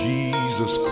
Jesus